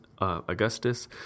Augustus